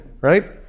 right